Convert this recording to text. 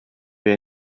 wir